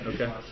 Okay